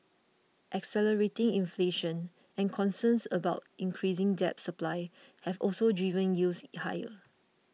accelerating inflation and concerns about increasing debt supply have also driven yields higher